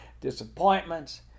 disappointments